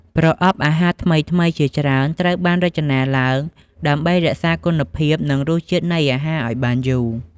ប្រអប់អាហារថ្មីៗជាច្រើនត្រូវបានរចនាឡើងដើម្បីរក្សាគុណភាព និងរសជាតិនៃអាហារឲ្យបានយូរ។